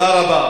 תודה רבה.